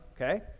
okay